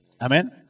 Amen